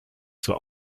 zur